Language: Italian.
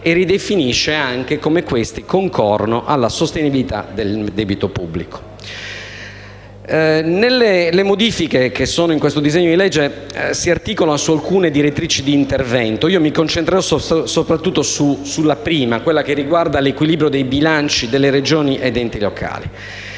e ridefinisce anche come questi concorrano alla sostenibilità del debito pubblico. Le modifiche contenute in questo disegno di legge si articolano su alcune direttrici di intervento. Mi concentrerò soprattutto sulla prima, che riguarda l'equilibrio dei bilanci delle Regioni e degli enti locali.